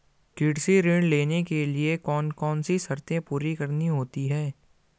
कृषि ऋण लेने के लिए कौन कौन सी शर्तें पूरी करनी होती हैं?